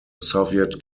soviet